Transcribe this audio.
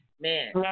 Man